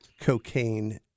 cocaine